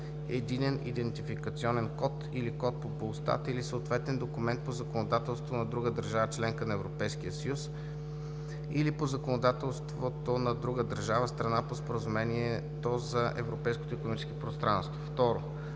единен идентификационен код или код по БУЛСТАТ или съответен документ по законодателството на друга държава – членка на Европейския съюз, или по законодателството на друга държава – страна по Споразумението за Европейското икономическо пространство; 2.